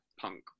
punk